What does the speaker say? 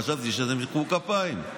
חשבתי שאתם תמחאו כפיים.